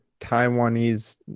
Taiwanese